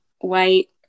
white